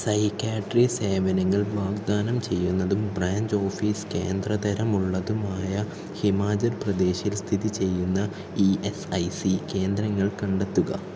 psychiatry സേവനങ്ങൾ വാഗ്ദാനം ചെയ്യുന്നതും ബ്രാഞ്ച് ഓഫീസ് കേന്ദ്ര തരം ഉള്ളതുമായ ഹിമാചൽ പ്രദേശ്ൽ സ്ഥിതി ചെയ്യുന്ന ഇ എസ് ഐ സി കേന്ദ്രങ്ങൾ കണ്ടെത്തുക